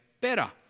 better